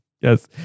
yes